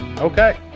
Okay